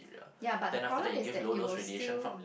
ya but the problem is that it will still